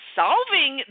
solving